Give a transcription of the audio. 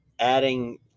Adding